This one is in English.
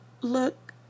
Look